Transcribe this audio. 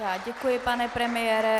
Já děkuji, pane premiére.